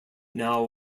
now